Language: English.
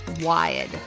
wired